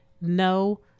no